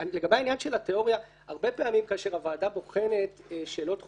לגבי העניין של התיאוריה הרבה פעמים כאשר הוועדה בוחנת שאלות חוקתיות,